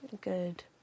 good